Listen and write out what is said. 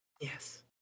Yes